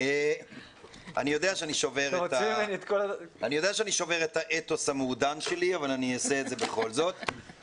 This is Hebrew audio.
אני יודע שאני שובר את האתוס המעודן שלי אבל בכל זאת אני אעשה את זה.